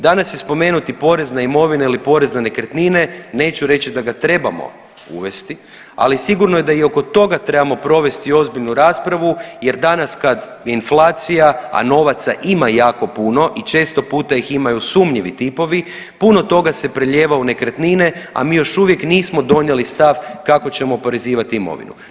Danas je spomenut i porez na imovine ili porez na nekretnine, neću reći da ga trebamo uvesti, ali sigurno da i oko toga trebamo provesti ozbiljnu raspravu jer danas kad inflacija, a novaca ima jako puno i često puta ih imaju sumnjivi tipovi, puno toga se prelijeva u nekretnine, a mi još uvijek nismo donijeli stav kako ćemo oporezivati imovinu.